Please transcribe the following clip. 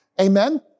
Amen